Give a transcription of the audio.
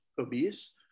obese